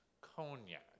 Cognac